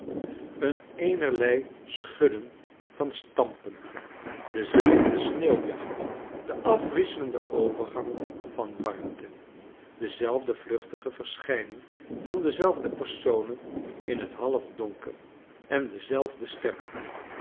het eenerlei schudden en stampen dezelfde sneeuwjacht de afwisselende overgangen van warmte dezelfde vluchtige verschijning van dezelfde personen in het halfdonker en dezelfde stemmen